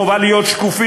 חובה להיות שקופים,